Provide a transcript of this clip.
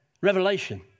revelation